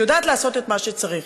היא יודעת לעשות מה שצריך.